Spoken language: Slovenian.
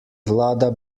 vlada